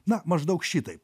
na maždaug šitaip